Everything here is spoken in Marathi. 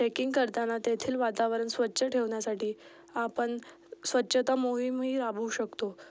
ट्रेकिंग करताना तेथील वातावरण स्वच्छ ठेवण्यासाठी आपण स्वच्छता मोहीमही राबऊ शकतो